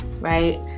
right